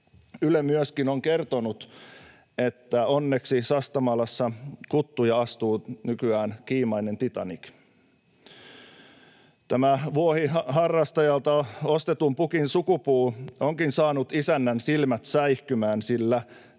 Yle on myöskin kertonut, että onneksi Sastamalassa kuttuja astuu nykyään kiimainen Titanic. Tämän vuohiharrastajalta ostetun pukin sukupuu onkin saanut isännän silmät säihkymään,